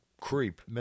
creep